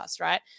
right